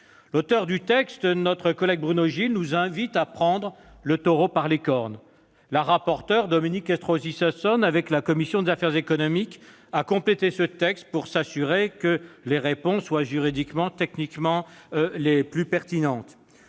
L'auteur de ce texte, Bruno Gilles, nous invite à prendre le taureau par les cornes. Mme la rapporteur, Dominique Estrosi Sassone, avec la commission des affaires économiques, a complété ce texte pour s'assurer que les réponses soient juridiquement et techniquement les plus pertinentes.